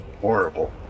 horrible